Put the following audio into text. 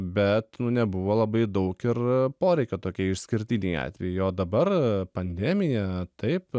bet nebuvo labai daug ir poreikio tokie išskirtiniai atvejai o dabar pandemija taip